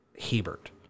Hebert